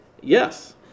Yes